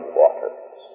waters